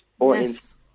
Yes